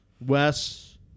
Wes